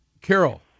Carol